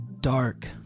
dark